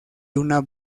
una